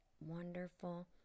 wonderful